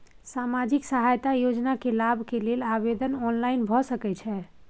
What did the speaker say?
सामाजिक सहायता योजना के लाभ के लेल आवेदन ऑनलाइन भ सकै छै?